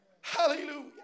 Hallelujah